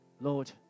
Lord